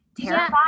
terrified